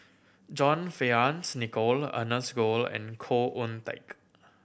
John Fearns Nicoll Ernest Goh and Khoo Oon Teik